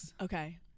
Okay